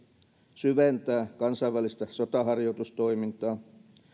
syventää kansainvälistä sotaharjoitustoimintaa